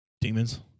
demons